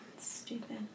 Stupid